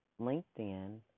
LinkedIn